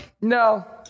no